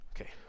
Okay